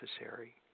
necessary